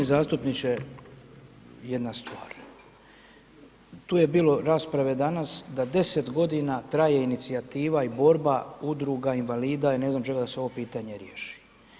Poštovani zastupniče jedna stvar, tu je bilo rasprave danas da 10 godina traje inicijativa i borba udruga invalida i ne znam čega da se ovo pitanje riješi.